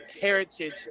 heritage